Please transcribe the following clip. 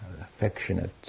affectionate